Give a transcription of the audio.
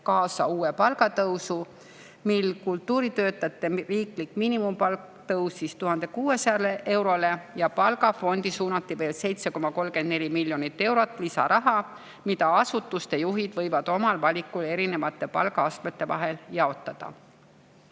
kaasa uue palgatõusu: kultuuritöötajate riiklik miinimumpalk tõusis 1600 eurole ja palgafondi suunati veel 7,34 miljonit eurot lisaraha, mida asutuste juhid võisid omal valikul erinevate palgaastmete vahel jaotada.